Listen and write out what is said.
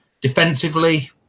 Defensively